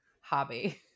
hobby